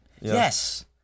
Yes